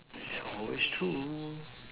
it's always true